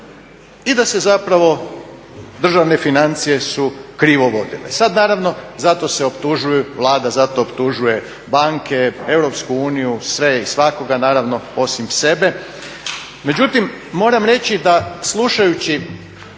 i da se zapravo državne financije su krivo vodile. Sad naravno za to se optužuje, Vlada za to optužuje banke, EU sve i svakoga naravno osim sebe. Međutim, moram reći da slušajući